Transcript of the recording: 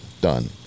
done